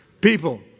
People